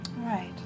Right